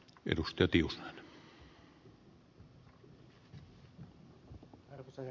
arvoisa herra puhemies